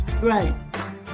Right